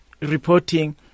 reporting